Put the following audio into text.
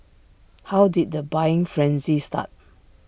how did the buying frenzy start